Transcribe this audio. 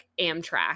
Amtrak